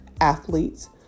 athletes